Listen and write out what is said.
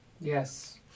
Yes